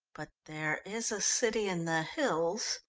but there is a city in the hills,